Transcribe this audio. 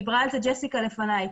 דיברה על ג'סיקה לפניי.